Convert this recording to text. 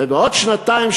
ובעוד שנתיים,